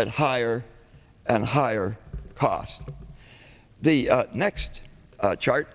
at higher and higher costs the next chart